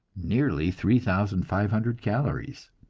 nearly three thousand five hundred calories